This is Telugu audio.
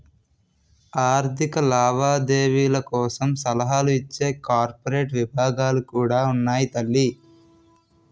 ఆర్థిక లావాదేవీల కోసం సలహాలు ఇచ్చే కార్పొరేట్ విభాగాలు కూడా ఉన్నాయి తల్లీ